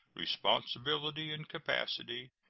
responsibility, and capacity,